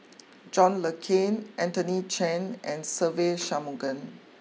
John Le Cain Anthony Chen and Se Ve Shanmugam